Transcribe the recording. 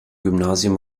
gymnasium